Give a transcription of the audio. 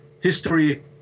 history